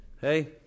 Hey